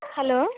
hello